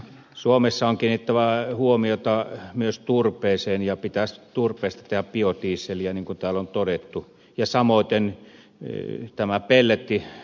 suomessa on kiinnitettävä huomiota myös turpeeseen ja pitäisi turpeesta tehdä biodieseliä niin kuin täällä on todettu ja samoiten on tämä pellettivaihtoehto